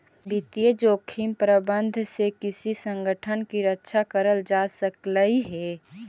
वित्तीय जोखिम प्रबंधन से किसी संगठन की रक्षा करल जा सकलई हे